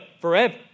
forever